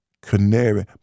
Canary